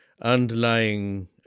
underlying